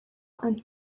and